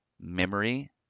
memory